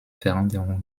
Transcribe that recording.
veränderung